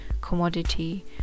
commodity